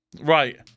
Right